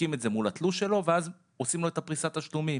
בודקים את זה מול התלוש שלו ואז עושים לו את פריסת התשלומים.